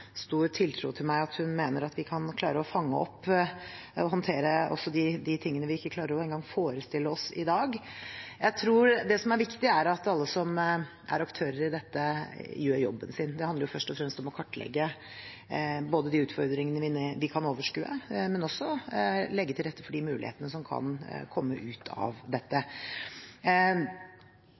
stor tiltro til meg at hun mener at vi kan klare å fange opp og håndtere også de tingene vi ikke engang klarer å forestille oss i dag. Jeg tror det er viktig at alle som er aktører i dette, gjør jobben sin. Det handler først og fremst om å kartlegge de utfordringer vi kan overskue, men også om å legge til rette for de muligheter som kan komme ut av dette.